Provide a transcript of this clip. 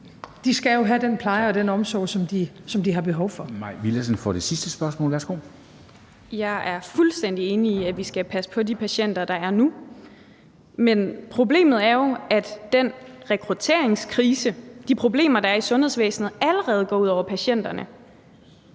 skal jo have den pleje og den omsorg, som de har behov for. Kl. 14:05 Formanden (Henrik Dam Kristensen): Mai Villadsen for sit sidste spørgsmål. Værsgo. Kl. 14:05 Mai Villadsen (EL): Jeg er fuldstændig enig i, at vi skal passe på de patienter, der er nu, men problemet er jo, at den rekrutteringskrise, de problemer, der er i sundhedsvæsenet, allerede går ud over patienterne.